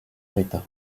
rita